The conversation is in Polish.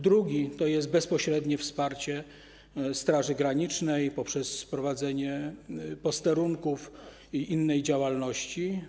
Drugi element to jest bezpośrednie wsparcie Straży Granicznej poprzez prowadzenie posterunków i innej działalności.